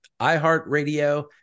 iHeartRadio